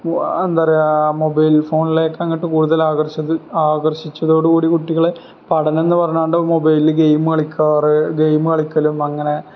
എന്താണു പറയുക മൊബൈൽ ഫോണിലേക്ക് അങ്ങോട്ട് കൂടുതൽ ആകർഷിച്ചതോടുകൂടി കുട്ടികള് പഠനമെന്ന് പറഞ്ഞുകൊണ്ട് മൊബൈലില് ഗെയിം കളിക്കാറ് ഗെയിം കളിക്കലും അങ്ങനെ